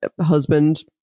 Husband